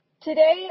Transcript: today